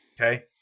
Okay